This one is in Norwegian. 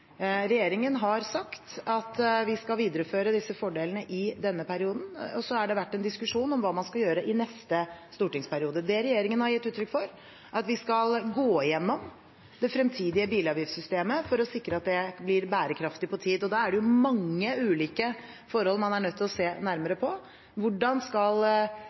Regjeringen har sagt at vi skal videreføre disse fordelene i denne perioden. Så har det vært en diskusjon om hva man skal gjøre i neste stortingsperiode. Det regjeringen har gitt uttrykk for, er at vi skal gå gjennom det fremtidige bilavgiftssystemet for å sikre at det blir bærekraftig over tid. Da er det mange ulike forhold man er nødt til å se nærmere på. Hvordan skal